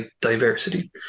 diversity